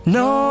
no